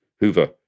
Hoover